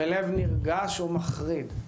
בלב נרגש ומחריד,